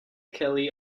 kelly